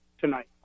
tonight